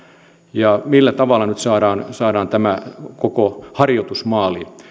ja millä tavalla nyt saadaan saadaan tämä koko harjoitus maaliin